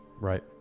right